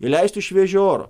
įleisti šviežio oro